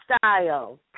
style